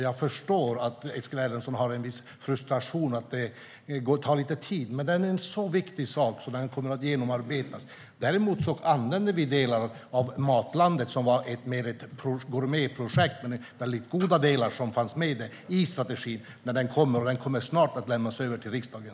Jag förstår att Eskil Erlandsson känner en viss frustration över att det tar lite tid, men det här är en viktig sak, och den kommer att genomarbetas. Däremot använder vi delar av Matlandet Sverige, som var mer av ett gourmetprojekt med väldigt goda delar, i strategin. Den kommer, och den kommer snart att lämnas över till riksdagen.